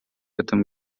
этом